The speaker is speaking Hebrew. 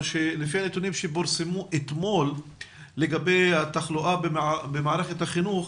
לפי נתונים שפורסמו אתמול לגבי התחלואה במערכת החינוך,